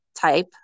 type